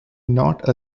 not